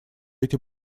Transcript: эти